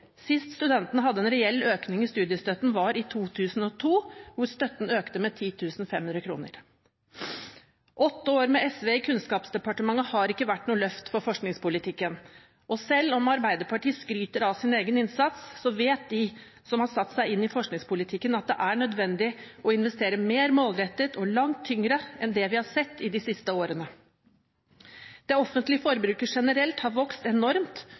Sist studentene hadde en reell økning i studiestøtten, var i 2002, hvor støtten økte med 10 500 kr. Åtte år med SV i Kunnskapsdepartementet har ikke vært noe løft for forskningspolitikken, og selv om Arbeiderpartiet skryter av sin egen innsats, vet de som har satt seg inn i forskningspolitikken, at det er nødvendig å investere mer målrettet og langt tyngre enn det vi har sett de siste årene. Det offentlige forbruket generelt har vokst enormt,